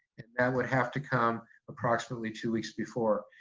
that would have to come approximately two weeks before.